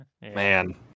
Man